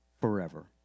forever